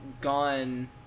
gone